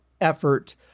effort